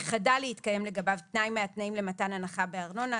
כי חדל להתקיים לגבי תנאי מהתנאים למתן הנחה בארנונה,